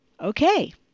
Okay